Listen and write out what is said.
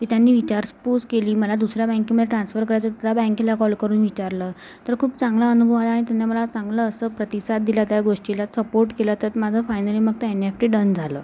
की त्यांनी विचारपूस केली मला दुसऱ्या बँकेमधे ट्रान्सफर करायचं त्या बँकेला कॉल करून विचारलं तर खूप चांगला अनुभव आला आणि त्यांनं मला चांगलं असं प्रतिसाद दिला त्या गोष्टीला सपोर्ट केला त्यात माझं फायनली मग ते एन एफ टी डन झालं